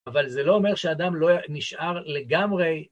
אבל זה לא אומר שאדם לא נשאר לגמרי.